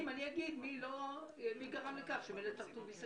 אם לא פתרנו את הבעיה אני אביא את זה